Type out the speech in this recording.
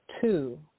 two